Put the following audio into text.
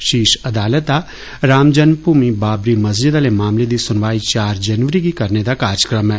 षीर्श अदालत दा राम जन्म भूमि बाबरी मस्जिद आह्ले मामले दी सुनवाई जनवरी गी करने दा कार्जक्रम ऐ